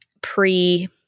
pre-